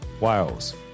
Wales